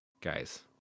guys